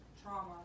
Trauma